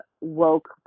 woke